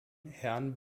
herrn